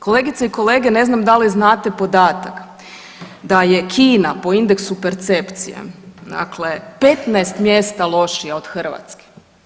Kolegice i kolege ne znam da li znate podatak da je Kina po indeksu percepcije dakle 15 mjesta lošija od Hrvatske.